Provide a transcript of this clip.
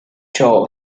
jaw